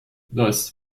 thus